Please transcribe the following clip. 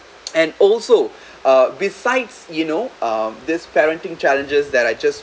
and also uh besides you know um this parenting challenges that I just